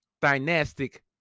dynastic